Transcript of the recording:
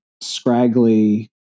scraggly